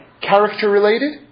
character-related